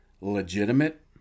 legitimate